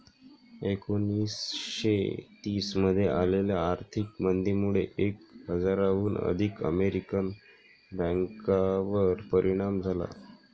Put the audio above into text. एकोणीसशे तीस मध्ये आलेल्या आर्थिक मंदीमुळे एक हजाराहून अधिक अमेरिकन बँकांवर परिणाम झाला